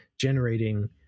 generating